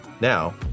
Now